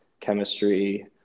chemistry